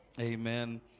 Amen